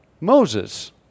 Moses